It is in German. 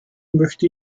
möchte